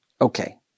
Okay